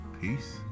Peace